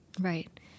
Right